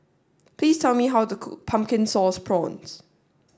please tell me how to cook Pumpkin Sauce Prawns